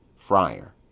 friar.